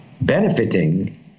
benefiting